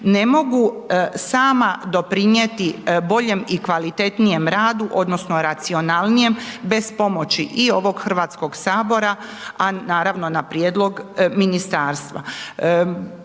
ne mogu sama doprinjeti boljem i kvalitetnijem radu odnosno racionalnijem bez pomoći i ovog HS, a naravno, na prijedlog ministarstva.